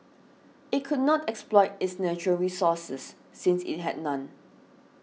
it could not exploit its natural resources since it had none